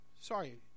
sorry